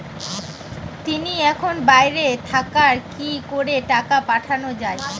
তিনি এখন বাইরে থাকায় কি করে টাকা পাঠানো য়ায়?